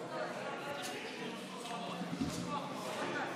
אברהם לשלום בין מדינת ישראל לבין איחוד האמירויות הערביות אושרו.